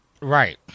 Right